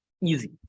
Easy